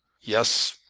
yes,